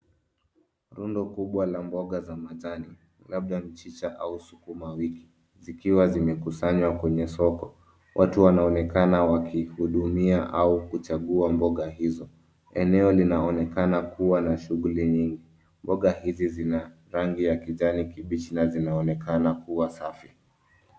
Rundo kubwa la mboga za majani, labda mchicha au sukuma wiki zikiwa zimekusanywa kwenye soko. Watu wanaonekana wakihudumia au kuchagua mboga hizo. Eneo linaonekana kuwa na shuguli nyingi. Mboga hizi zina rangi ya kijani kibichi na zinaonekana kuwa safi.